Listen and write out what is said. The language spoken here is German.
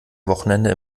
wochenende